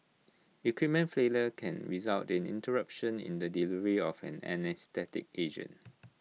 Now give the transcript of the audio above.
equipment failure can result in interruption in the delivery of the anaesthetic agent